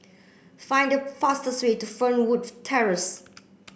find the fastest way to Fernwood Terrace